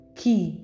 key